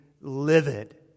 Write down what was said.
livid